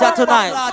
tonight